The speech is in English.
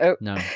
no